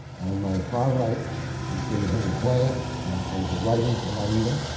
on my far right is david henry hwang, who is one of the writers of aida.